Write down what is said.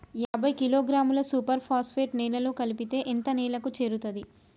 యాభై కిలోగ్రాముల super phosphate నేలలో కలిపితే ఎంత నేలకు చేరుతది?